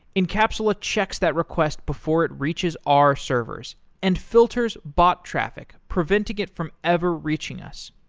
encapsula checks that request before it reaches our servers and filters bot traffic preventing it from ever reaching us.